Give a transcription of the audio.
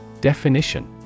Definition